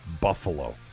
Buffalo